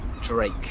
Drake